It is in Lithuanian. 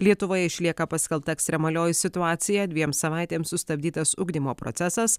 lietuvoje išlieka paskelbta ekstremalioji situacija dviem savaitėms sustabdytas ugdymo procesas